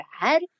bad